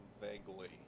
vaguely